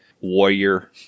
Warrior